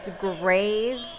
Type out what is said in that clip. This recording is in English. grave